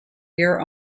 year